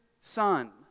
son